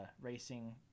racing